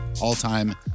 all-time